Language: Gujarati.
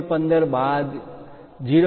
15 બાદ 0